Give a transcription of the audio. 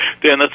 Dan